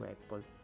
Apple